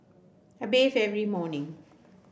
I bathe every morning